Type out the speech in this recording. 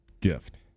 gift